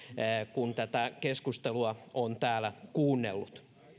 kun tätä keskustelua on täällä kuunnellut